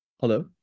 Hello